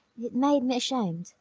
it made me ashamed.